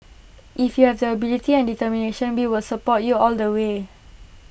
if you have the ability and determination we will support you all the way